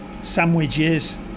sandwiches